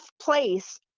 place